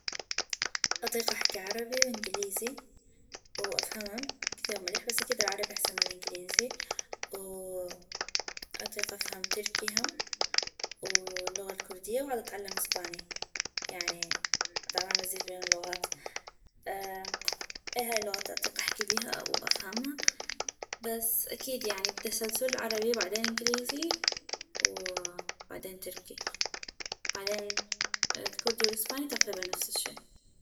اطيق احكي عربي انكليزي وافهمم كثيغ مليح بس اكيد العربي احسن من الإنكليزي واطيق افهم تركي هم... واللغة الكردية وعدتعلم اسباني يعني عدعمل مزيج بين اللغات اي هاي اللغات الي اطيق احكي بيها وافهما بس أكيد يعني بالتسلسل عربي وبعدين انكليزي وبعدين تركي وبعدين الكردي والاسباني تقريباً نفس الشي